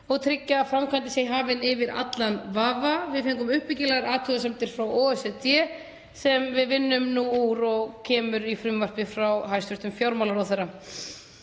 og tryggja að framkvæmdin sé hafin yfir allan vafa. Við fengum uppbyggilegar athugasemdir frá OECD sem við vinnum nú úr og koma fram í frumvarpi frá hæstv. fjármálaráðherra.